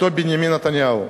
אותו בנימין נתניהו.